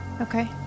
Okay